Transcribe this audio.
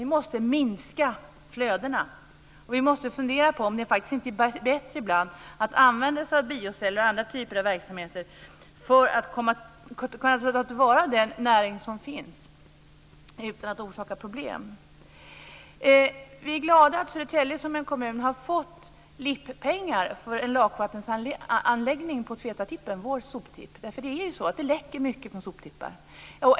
Vi måste minska flödena, och vi måste fundera på om det faktiskt inte är bättre ibland att använda sig av bioceller och andra typer av verksamheter för att kunna ta till vara den näring som finns utan att orsaka problem. Vi är glada att Södertälje som en kommun har fått LIPP-pengar för en lakvattensanläggning på Tvetatippen, vår soptipp. Det läcker ju mycket från soptippar.